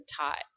taught